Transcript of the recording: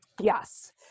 Yes